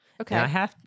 Okay